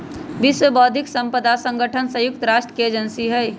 विश्व बौद्धिक साम्पदा संगठन संयुक्त राष्ट्र के एजेंसी हई